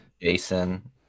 Jason